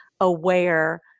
aware